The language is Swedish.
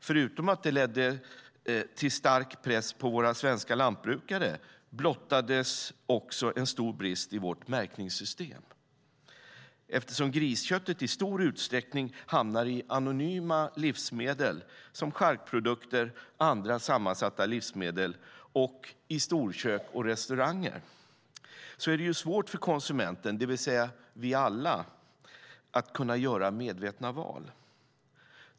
Förutom att det ledde till stark press på våra svenska lantbrukare blottades också en stor brist i vårt märkningssystem eftersom grisköttet i stor utsträckning hamnade i anonyma livsmedel som charkprodukter, andra sammansatta livsmedel och i storkök och restauranger. Det är svårt för konsumenterna, det vill säga oss alla, att kunna göra medvetna val.